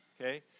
Okay